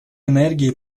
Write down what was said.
энергии